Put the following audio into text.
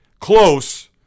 close